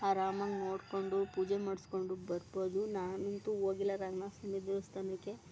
ಆರಾಮಾಗಿ ನೋಡ್ಕೊಂಡು ಪೂಜೆ ಮಾಡಿಸ್ಕೊಂಡು ಬರ್ಬೋದು ನಾನಂತು ಹೋಗಿಲ್ಲ ರಂಗ್ನಾಥ ಸ್ವಾಮಿ ದೇವಸ್ಥಾನಕ್ಕೆ